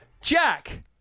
Jack